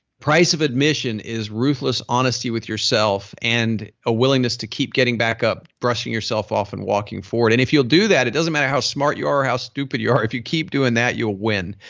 price of admission is ruthless honesty with yourself and a willingness to keep getting back up, brushing yourself off and walking forward. and if you'll do that, it doesn't matter how smart you are or how stupid you are if you keep doing that you'll win.